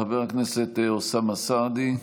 חבר הכנסת אוסאמה סעדי,